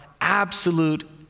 absolute